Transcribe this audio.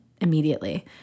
immediately